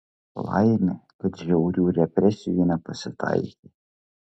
laimė kad žiaurių represijų nepasitaikė